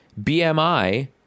BMI